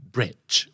Bridge